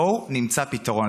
בואו נמצא פתרון.